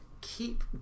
keep